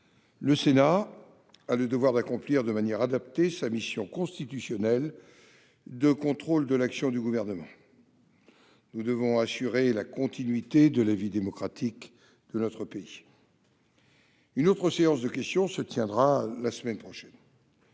le Sénat a le devoir d'accomplir de manière adaptée sa mission constitutionnelle de contrôle de l'action du Gouvernement. Nous devons assurer la continuité de la vie démocratique de notre pays. Une autre séance de questions se tiendra la semaine prochaine.